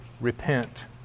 repent